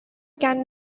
can